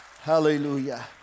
Hallelujah